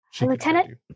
Lieutenant